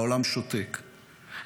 והעולם שותק,